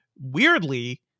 Weirdly